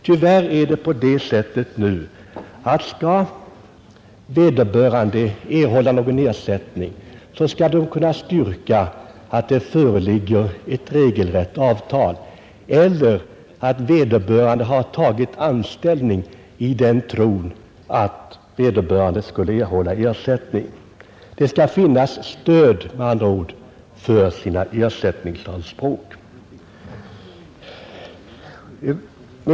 Tyvärr är det på det sättet att om vederbörande skall erhålla någon ersättning skall han eller hon kunna styrka att det föreligger ett regelrätt avtal eller att vederbörande tagit anställning i den tron att ersättning skall utgå. Det skall med andra ord finnas stöd i avtal eller dylikt för ersättningsanspråken.